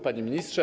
Panie Ministrze!